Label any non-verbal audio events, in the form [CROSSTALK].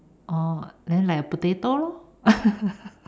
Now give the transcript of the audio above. orh then like a potato lor [LAUGHS]